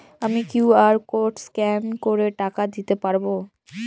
আমি QR code scan করে টাকা দিতে পারবো?